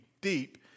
deep